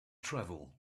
travel